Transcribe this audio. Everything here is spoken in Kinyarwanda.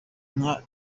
inka